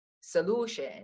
solution